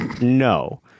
No